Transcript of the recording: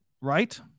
Right